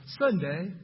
Sunday